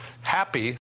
happy